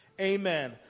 Amen